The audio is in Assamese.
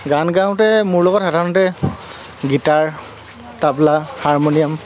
গান গাওঁতে মোৰ লগত সাধাৰণতে গীটাৰ তবলা হাৰমনিয়াম